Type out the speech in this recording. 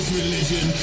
religion